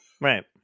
right